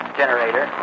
generator